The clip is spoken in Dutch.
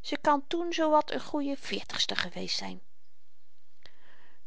ze kan toen zoo wat n goeie veertigster geweest zyn